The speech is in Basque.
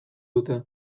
dute